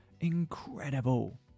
Incredible